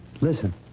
listen